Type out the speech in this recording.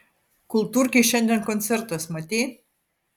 kultūrkėj šiandien koncertas matei